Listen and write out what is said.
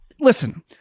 Listen